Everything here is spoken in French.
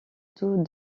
taux